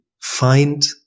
find